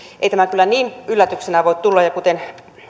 ei tämä kyllä niin yllätyksenä voi tulla ja kuten